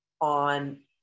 on